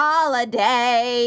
Holiday